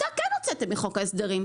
אותה כן הוצאתם מחוק ההסדרים.